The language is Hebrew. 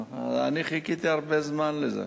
אני חיכיתי הרבה זמן לזה.